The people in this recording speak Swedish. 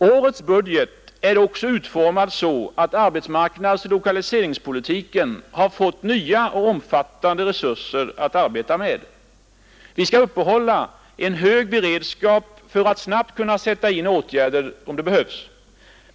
Årets budget är också utformad så att arbetsmarknadsoch lokaliseringspolitiken har fått nya och omfattande resurser att arbeta med. Vi skall upprätthålla en hög beredskap för att snabbt kunna sätta in åtgärder, om det behövs.